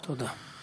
תודה.